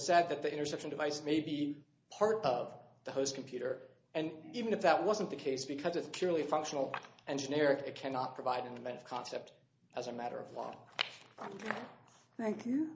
said that the interception device may be part of the host computer and even if that wasn't the case because it's purely functional and generic it cannot provide an event concept as a matter of law thank you